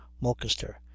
mulcaster